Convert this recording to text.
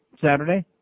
Saturday